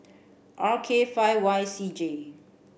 R K five Y C J